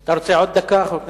אתה רוצה עוד דקה, חבר הכנסת?